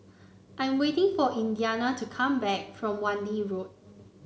I'm waiting for Indiana to come back from Wan Lee Road